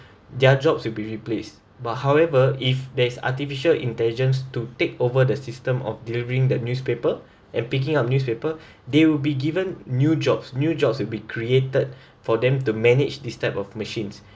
their jobs will be replaced but however if there's artificial intelligence to take over the system of delivering the newspaper and picking up newspaper they will be given new jobs new jobs will be created for them to manage this type of machines